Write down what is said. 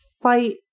fight